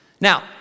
Now